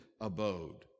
abode